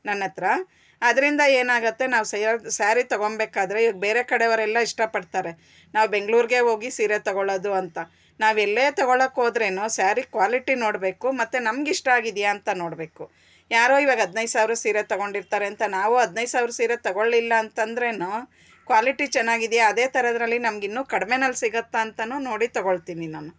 ನನ್ನ ಹತ್ರ ಅದರಿಂದ ಏನಾಗುತ್ತೆ ನಾವು ಸ್ಯಾರಿ ತೊಗೊಂಬೇಕಾದ್ರೆ ಬೇರೆ ಕಡೆಯವರೆಲ್ಲ ಇಷ್ಟಪಡ್ತಾರೆ ನಾವು ಬೆಂಗ್ಳೂರಿಗೆ ಹೋಗಿ ಸೀರೆ ತೊಗೊಳ್ಳೋದು ಅಂತ ನಾವು ಎಲ್ಲೇ ತೊಗೊಳ್ಳೋಕೋದ್ರೂ ಸಾರಿ ಕ್ವಾಲಿಟಿ ನೋಡಬೇಕು ಮತ್ತೆ ನಮಗಿಷ್ಟ ಆಗಿದೆಯಾ ಅಂತ ನೋಡಬೇಕು ಯಾರೋ ಈಗ ಹದಿನೈದು ಸಾವಿರದ ಸೀರೆ ತಗೊಂಡಿರ್ತಾರೆ ಅಂತ ನಾವು ಹದಿನೈದು ಸಾವಿರದ ಸೀರೆ ತೊಗೊಳ್ಳಿಲ್ಲ ಅಂತ ಅಂದ್ರೂ ಕ್ವಾಲಿಟಿ ಚೆನ್ನಾಗಿದೆಯಾ ಅದೇ ಥರದ್ರಲ್ಲಿ ನಮಗಿನ್ನೂ ಕಡಿಮೆಯಲ್ಲಿ ಸಿಗುತ್ತಾ ಅಂತಲೂ ನೋಡಿ ತೊಗೊಳ್ತೀನಿ ನಾನು